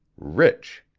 rich.